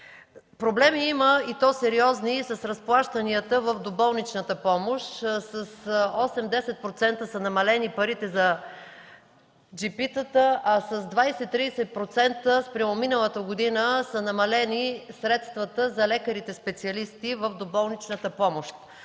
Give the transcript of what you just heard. проблеми, има с разплащанията в доболничната помощ – с 8-10% са намалени парите за джипитата, а с 20-30% спрямо миналата година са намалени средствата за лекарите специалисти в доболничната помощ.